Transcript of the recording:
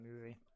movie